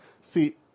See